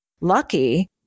lucky